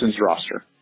roster